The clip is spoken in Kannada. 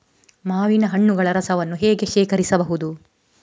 ಮಾವಿನ ಹಣ್ಣುಗಳ ರಸವನ್ನು ಹೇಗೆ ಶೇಖರಿಸಬಹುದು?